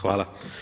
Hvala.